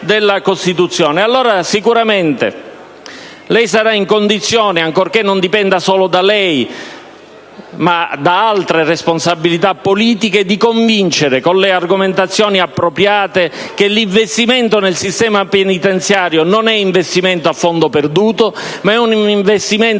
della Costituzione. Sicuramente lei sarà in condizione, ancorché non dipenda solo da lei ma da altre responsabilità politiche, di convincere con le argomentazioni appropriate che l'investimento nel sistema penitenziario non è a fondo perduto, ma è di forte impatto